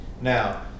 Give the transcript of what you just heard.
Now